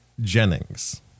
Jennings